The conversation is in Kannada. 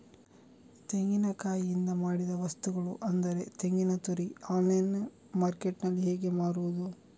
ತೆಂಗಿನಕಾಯಿಯಿಂದ ಮಾಡಿದ ವಸ್ತುಗಳು ಅಂದರೆ ತೆಂಗಿನತುರಿ ಆನ್ಲೈನ್ ಮಾರ್ಕೆಟ್ಟಿನಲ್ಲಿ ಹೇಗೆ ಮಾರುದು?